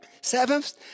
seventh